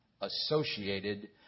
associated